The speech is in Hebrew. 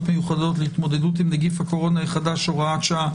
מיוחדות להתמודדות עם נגיף הקורונה החדש (הוראת שעה),